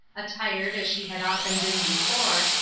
attired, as she had often been before,